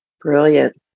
Brilliant